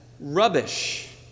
rubbish